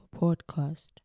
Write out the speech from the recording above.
podcast